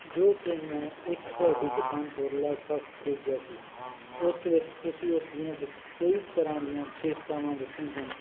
ਜੋ ਕਿ ਮੈਂ ਇੱਕ ਤੁਹਾਡੀ ਦੁਕਾਨ ਤੋਂ ਲੈਪਟੋਪ ਖਰੀਦਿਆ ਸੀ ਉਸ ਵਿੱਚ ਤੁਸੀਂ ਉਸ ਦੀਆਂ ਵ ਕਈ ਤਰ੍ਹਾਂ ਦੀਆਂ ਵਿਸ਼ੇਸ਼ਤਾਵਾਂ ਦੱਸੀਆਂ ਸਨ